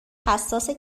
حساسه